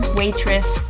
waitress